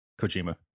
Kojima